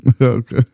Okay